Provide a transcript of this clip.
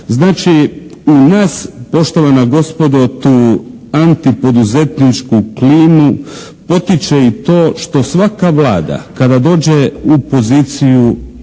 Znači u nas poštovana gospodo tu antipoduzetničku klimu potiče i to što svaka Vlada kada dođe u poziciju